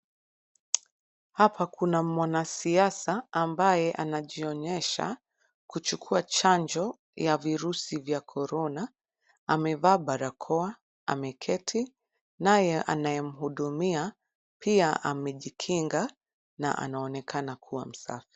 Hapa kuna mwana siasa ambaye anajionyesha kuchukua chanjo ya virusi vya korona Amevaa barakoa, ameketi, naye anaye mhudumia pia amejikinga na anaonekana kuwa msafi.